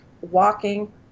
walking